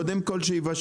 קודם כל שיבשל.